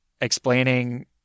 explaining